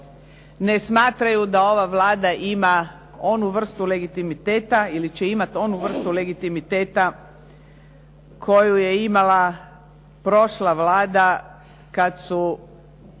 ne smatraju da ova Vlada ima onu vrstu legitimiteta ili će imati onu vrstu legitimiteta koju je imala prošla Vlada kad su